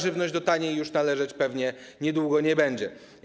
Żywność do taniej należeć już pewnie niedługo nie będzie.